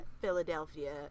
Philadelphia